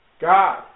God